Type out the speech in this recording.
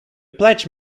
pledge